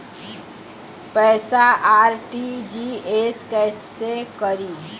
पैसा आर.टी.जी.एस कैसे करी?